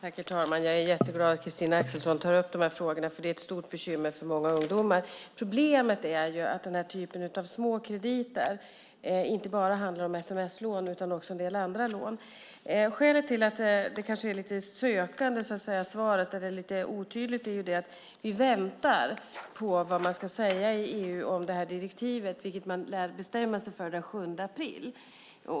Herr talman! Jag är jätteglad att Christina Axelsson tar upp de här frågorna, för det är ett stort bekymmer för många ungdomar. Problemet är att den här typen av småkrediter inte bara handlar om sms-lån utan också om en del andra lån. Skälet till att svaret kanske är lite sökande, lite otydligt, är att vi väntar på vad man ska säga i EU om direktivet, vilket man lär bestämma sig för den 7 april.